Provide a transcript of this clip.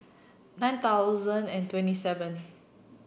nine thousand and twenty seven